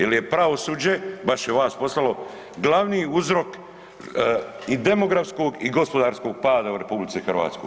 Jel je pravosuđe, baš je vas poslalo, glavni uzrok i demografskog i gospodarskog pada u RH.